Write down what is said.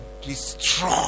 destroy